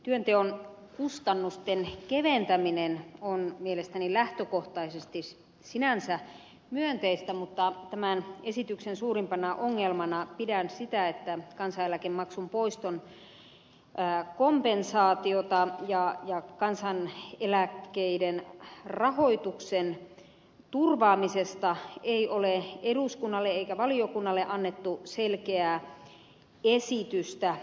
työnteon kustannusten keventäminen on mielestäni lähtökohtaisesti sinänsä myönteistä mutta tämän esityksen suurimpana ongelmana pidän sitä että kansaneläkemaksun poiston kompensaatiosta ja kansaneläkkeiden rahoituksen turvaamisesta ei ole eduskunnalle eikä valiokunnalle annettu selkeää esitystä